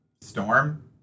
Storm